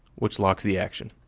which locks the action.